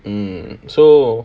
hmm so